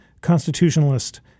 constitutionalist